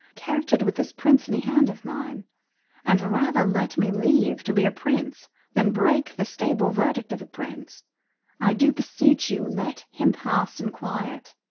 charactered with this princely hand of mine and rather let me leave to be a prince than break the stable verdict of a prince i do beseech you, let him pass in quiet.